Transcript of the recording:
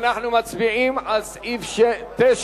אנחנו מצביעים על סעיף 9,